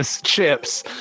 chips